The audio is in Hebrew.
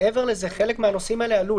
מעבר לזה, חלק מהנושאים האלה עלו.